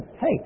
Hey